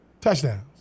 touchdowns